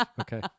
Okay